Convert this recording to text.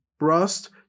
Rust